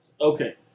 Okay